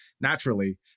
naturally